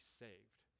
saved